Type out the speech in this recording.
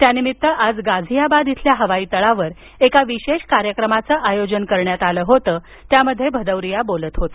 त्यानिमित्त आज गाझियाबाद इथल्या हवाई तळावर एका विशेष कार्यक्रमाचं आयोजन करण्यात आलं होतं त्यामध्ये ते बोलत होते